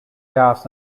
gas